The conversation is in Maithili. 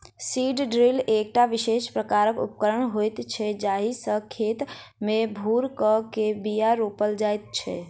सीड ड्रील एकटा विशेष प्रकारक उपकरण होइत छै जाहि सॅ खेत मे भूर क के बीया रोपल जाइत छै